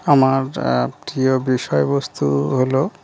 আমার প্রিয় বিষয়বস্তু হলো